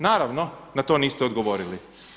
Naravno na to niste odgovorili.